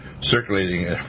circulating